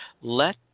Let